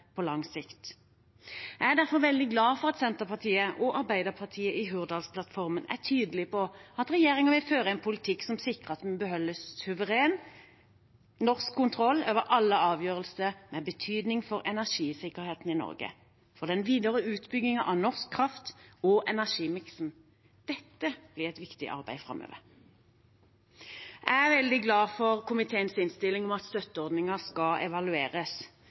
på lang sikt. Jeg er derfor veldig glad for at Senterpartiet og Arbeiderpartiet i Hurdalsplattformen er tydelig på at regjeringen vil føre en politikk som sikrer at vi beholder suveren norsk kontroll over alle avgjørelser med betydning for energisikkerheten i Norge, den videre utbyggingen av norsk kraft og energimiksen. Dette blir et viktig arbeid framover. Jeg er veldig glad for komiteens innstilling om at støtteordningen skal evalueres,